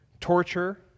torture